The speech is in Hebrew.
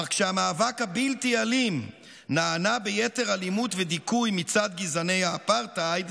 אך כשהמאבק הבלתי-אלים נענה ביתר אלימות ודיכוי מצד גזעני האפרטהייד,